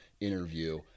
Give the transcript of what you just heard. interview